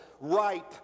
ripe